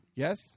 Yes